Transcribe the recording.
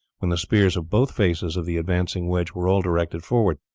when the spears of both faces of the advancing wedge were all directed forward.